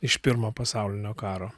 iš pirmo pasaulinio karo